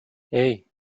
hey